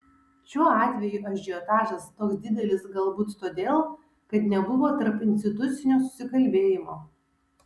šiuo atveju ažiotažas toks didelis galbūt todėl kad nebuvo tarpinstitucinio susikalbėjimo